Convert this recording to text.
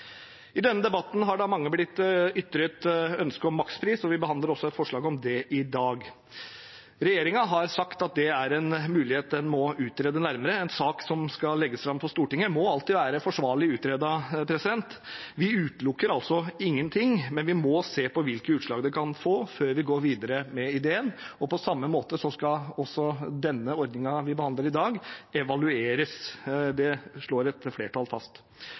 I denne debatten har det av mange blitt ytret et ønske om makspris, og vi behandler også et forslag om det i dag. Regjeringen har sagt at det er en mulighet en må utrede nærmere. En sak som skal legges fram for Stortinget, må alltid være forsvarlig utredet. Vi utelukker altså ingenting, men vi må se på hvilke utslag det kan få, før vi går videre med ideen. På samme måte skal også den ordningen vi behandler i dag, evalueres. Det slår et flertall fast.